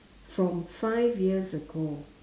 from five years ago